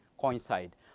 coincide